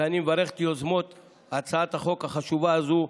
ואני מברך את יוזמות הצעת החוק החשובה הזאת,